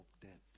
death